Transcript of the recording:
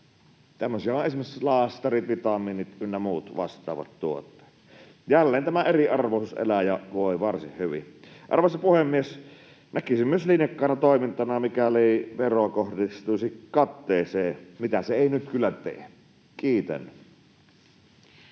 Tämmöisiä ovat esimerkiksi laastarit, vitamiinit ynnä muut vastaavat tuotteet. Jälleen tämä eriarvoisuus elää ja voi varsin hyvin. Arvoisa puhemies! Näkisin myös linjakkaana toimintana, mikäli vero kohdistuisi katteeseen, mitä se ei nyt kyllä tee. — Kiitän.